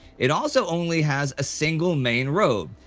it also only had a single main road.